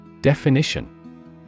Definition